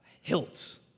hilts